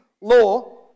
law